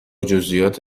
جزییات